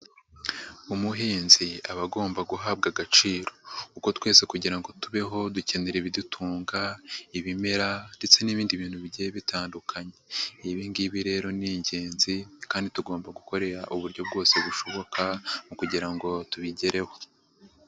Umuhinzi aba agomba guhabwa agaciro kuko twese kugira ngo tubeho, dukenera ibidutunga, ibimera ndetse n'ibindi bintu bigiye bitandukanye, ibi ngibi rero ni ingenzi kandi tugomba gukoresha uburyo bwose bushoboka, mu kugira ngo tubigereho.